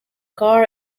car